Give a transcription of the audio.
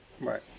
right